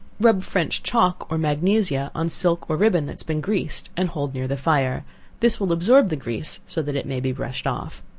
rub french chalk or magnesia on silk or ribbon that has been greased and hold near the fire this will absorb the grease so that it may be brushed off.